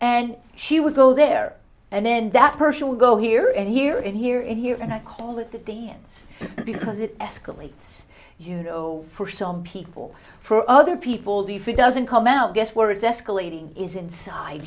and she would go there and then that person would go here and here in here in here and i call it the dance because it escalates you know for some people for other people the if it doesn't come out guess where exasperating is inside